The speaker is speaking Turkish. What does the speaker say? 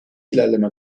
ilerleme